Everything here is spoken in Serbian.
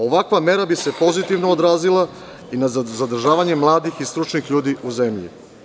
Ovakva mera bi se pozitivno odrazila i na zadržavanje mladih i stručnih ljudi u zemlji.